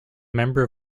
member